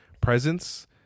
presence